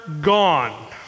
gone